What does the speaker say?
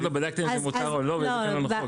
עוד לא בדקתם אם זה מותר או לא והבאתם לנו חוק?